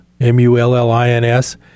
M-U-L-L-I-N-S